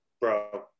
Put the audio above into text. Bro